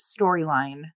storyline